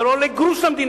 זה לא עולה גרוש למדינה.